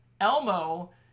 Elmo